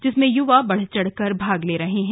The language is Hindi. जिसमें युवा बढ़ चढ़ कर भाग ले रहे हैं